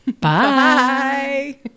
bye